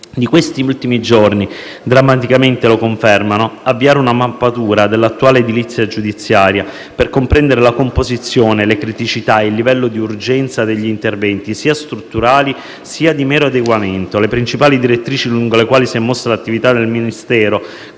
di questi ultimi giorni lo confermano drammaticamente - avviare una mappatura dell'attuale edilizia giudiziaria, per comprendere la composizione, le criticità e il livello di urgenza degli interventi, sia strutturali, sia di mero adeguamento. Le principali direttrici lungo le quali si è mossa l'attività del Ministero